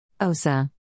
OSA